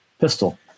pistol